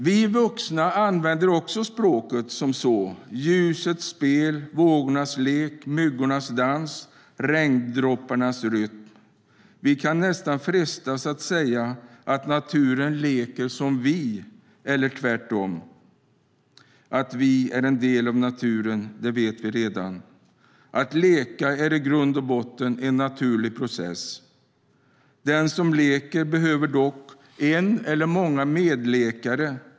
Vi vuxna använder också språket. Vi talar om ljusets spel, vågornas lek, myggornas dans och regndropparnas rytm. Vi kan nästan frestas att säga att naturen leker som vi eller tvärtom. Att vi är en del av naturen vet vi redan. Att leka är i grund och botten en naturlig process. Den som leker behöver dock en eller många medlekare.